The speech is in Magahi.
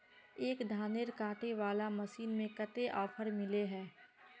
एक धानेर कांटे वाला मशीन में कते ऑफर मिले है?